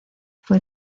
fue